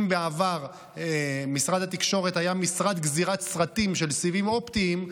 אם בעבר משרד התקשורת היה משרד גזירת סרטים של סיבים אופטיים,